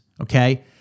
okay